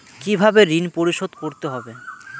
কিভাবে ঋণ পরিশোধ করতে হবে?